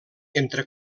entre